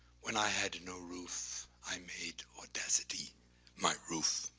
when i had no roof, i made audacity my roof.